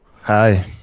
Hi